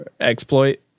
exploit